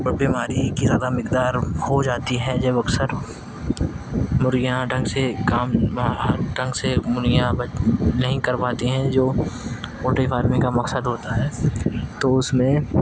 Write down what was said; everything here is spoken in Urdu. بیماری کی زیادہ مقدار ہو جاتی ہیں جب اکثر مرغیاں ڈھنگ سے کام ڈھنگ سے مرغیاں بچ نہیں کر پاتی ہیں جو پولٹری فارمنگ کا مقصد ہوتا ہے تو اس میں